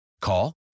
Call